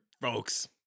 folks